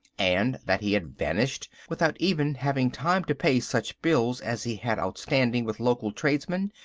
and that he had vanished without even having time to pay such bills as he had outstanding with local tradesmen,